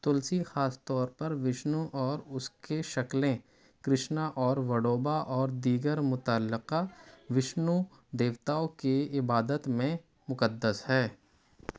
تلسی خاص طور پر وشنو اور اس کے شکلیں کرشنا اور وڑوبا اور دیگر متعلقہ وشنو دیوتاؤں کی عبادت میں مقدس ہے